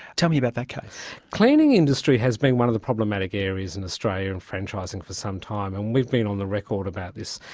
tell me about that case. the cleaning industry has been one of the problematic areas in australia in franchising for some time, and we've been on the record about this.